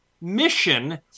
mission